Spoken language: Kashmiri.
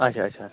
اَچھا اَچھا